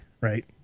right